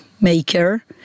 Maker